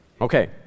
Okay